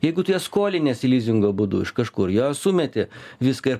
jeigu tą ją skoliniesi lizingo būdu iš kažkur jo sumeti viską ir